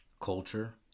Culture